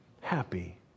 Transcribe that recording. happy